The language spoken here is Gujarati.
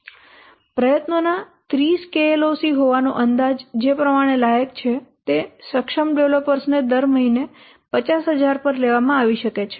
પ્રયત્નોના 30 KLOC હોવાનો અંદાજ જે પ્રમાણે લાયક છે તે સક્ષમ ડેવલપર્સ ને દર મહિને 50000 પર લેવામાં આવી શકે છે